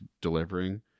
delivering